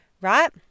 right